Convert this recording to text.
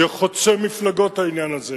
זה חוצה מפלגות העניין הזה,